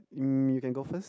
um you can go first